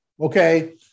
Okay